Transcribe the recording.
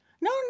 No